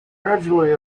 gradually